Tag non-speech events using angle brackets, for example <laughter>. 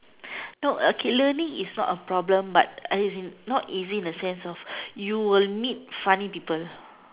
<breath> no okay learning is not a problem but as in not easy in the sense of you will meet funny people